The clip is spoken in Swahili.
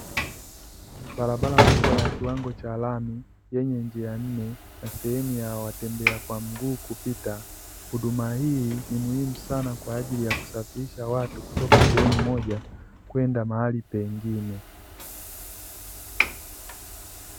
Barabara kubwa ya kiwango cha lami yenye njia nne na sehemu ya watembea kwa mguu kupita. Huduma hii ni muhimu sana kwa ajili ya kusafirisha watu kutoka sehemu moja kwenda mahali pengine.